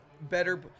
better